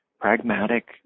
pragmatic